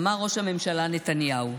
אמר ראש הממשלה נתניהו: